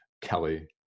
Kelly